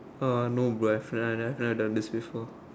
uh no bro I've never I've never done this before